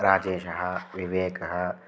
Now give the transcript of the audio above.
राजेशः विवेकः